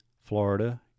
Florida